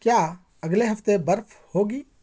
کیا اگلے ہفتے برف ہوگی